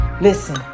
Listen